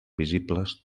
visibles